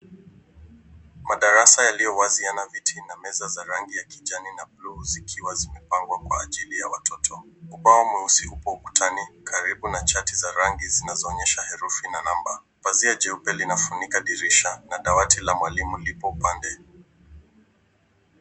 Madarasa yaliyo wazi yana viti na meza za rangi ya kijani na bluu zikiwa zimepangwa kwa ajili ya watoto. Ubao mweusi upo ukutani karibu na chati za rangi zinazoonyesha herufi na namba. Pazia jeupe linafunika dirisha na dawati la mwalimu lipo upande.